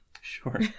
Sure